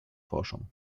forschung